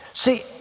See